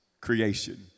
creation